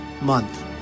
month